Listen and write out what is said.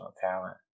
talent